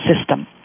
system